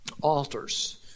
altars